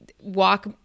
walk